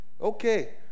Okay